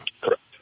Correct